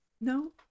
No